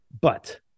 But-